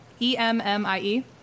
E-M-M-I-E